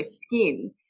skin